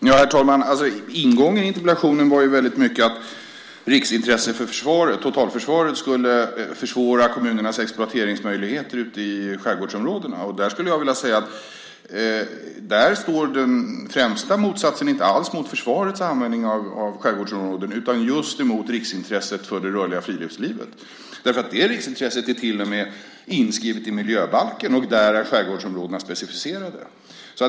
Fru talman! Ingången i interpellationen var ju att riksintresse för totalförsvaret skulle försvåra kommunernas exploateringsmöjligheter ute i skärgårdsområdena. Jag skulle vilja säga att där står den främsta motsatsen inte alls mot försvarets användning av skärgårdsområden utan just emot riksintresset för det rörliga friluftslivet. Det riksintresset är till och med inskrivet i miljöbalken, och där är skärgårdsområdena specificerade.